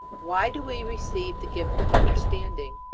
why do we receive the gift of understanding?